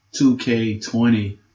2K20